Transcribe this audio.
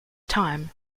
time